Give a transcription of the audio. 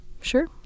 Sure